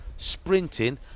sprinting